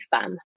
fun